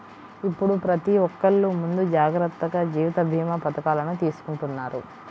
ఇప్పుడు ప్రతి ఒక్కల్లు ముందు జాగర్తగా జీవిత భీమా పథకాలను తీసుకుంటన్నారు